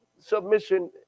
Submission